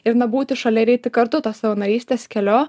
ir nebūti šalia ir eiti kartu tos savanorystės keliu